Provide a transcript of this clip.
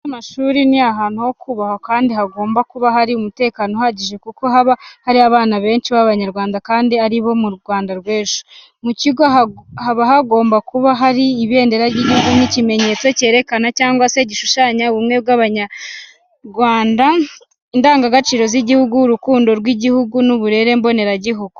Mu bigo by'amashuri ni ahantu hokubwahwa kandi hagomba kuba hari umutekano uhagije kuko haba hari abana benshi b'Abanyarwanda kandi aribo Rwanda rw'ejo. Mu kigo haba hagomba kuba hari ibindera ry'igihugu nk'ikimenyetso cyerekana cyangwa se gishushanya ubumwe bw'Abanyarwanga, indangagaciro z'igihugu, urukundo rw'igihugu n'uburere mboneragihugu.